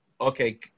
Okay